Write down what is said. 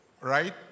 right